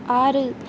ஆறு